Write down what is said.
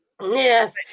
Yes